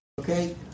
Okay